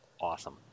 awesome